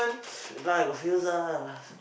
shit now I got feels ah